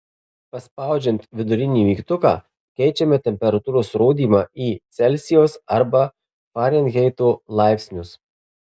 paspaudžiant vidurinį mygtuką keičiame temperatūros rodymą į celsijaus arba farenheito laipsnius